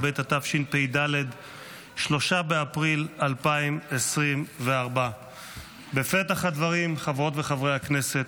2024. בפתח הדברים, חברות וחברי הכנסת,